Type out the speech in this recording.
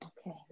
Okay